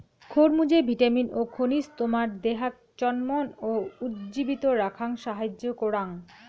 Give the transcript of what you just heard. খরমুজে vitamin ও খনিজ তোমার দেহাক চনমন ও উজ্জীবিত রাখাং সাহাইয্য করাং